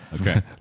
Okay